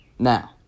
Now